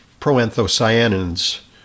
proanthocyanins